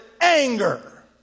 anger